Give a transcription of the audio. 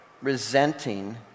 resenting